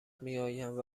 میآیند